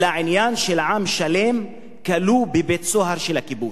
אלא עניין של עם שלם כלוא בבית-סוהר של הכיבוש.